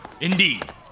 Indeed